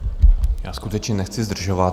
Já skutečně nechci zdržovat.